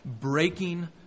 breaking